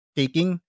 taking